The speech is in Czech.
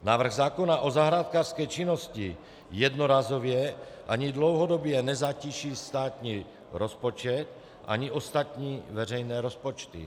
Návrh zákona o zahrádkářské činnosti jednorázově ani dlouhodobě nezatíží státní rozpočet ani ostatní veřejné rozpočty.